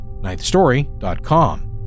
Ninthstory.com